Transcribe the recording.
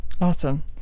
Awesome